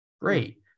Great